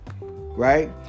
right